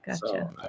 gotcha